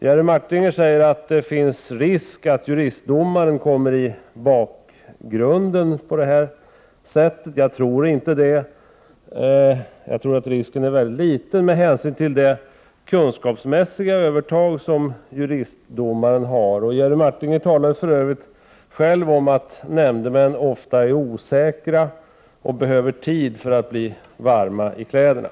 Jerry Martinger säger att det finns risk för att juristdomaren kommer i bakgrunden med denna ordning. Jag tror inte det. Den risken är nog mycket liten med tanke på det kunskapsmässiga övertag som juristdomaren besitter. Jerry Martinger själv talade för övrigt om att nämndemän ofta är osäkra och . behöver tid för att bli varma i kläderna.